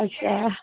अच्छा